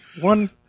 One